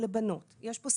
ראו,